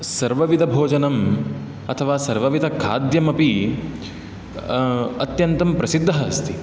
सर्वविधभोजनम् अथवा सर्वविधखाद्यमपि अत्यन्तं प्रसिद्धः अस्ति